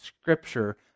Scripture